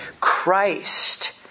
Christ